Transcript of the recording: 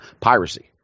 piracy